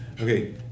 okay